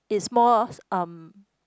it's mores(um)